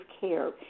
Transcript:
care